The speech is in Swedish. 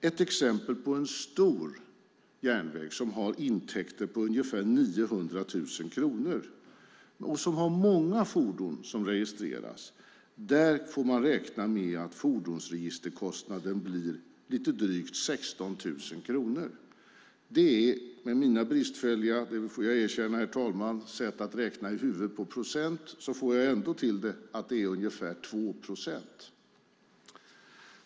Ett exempel är en stor järnväg som har intäkter på ungefär 900 000 kronor och där det är många fordon som registreras. Där får man räkna med att fordonsregisterkostnaden blir drygt 16 000 kronor. Med mitt bristfälliga sätt - det får jag, herr talman, erkänna - att i huvudet räkna ut procenten får jag det till att det blir ungefär 2 procent.